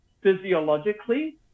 physiologically